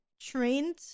trained